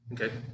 Okay